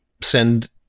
Send